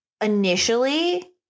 initially